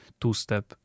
two-step